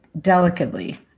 delicately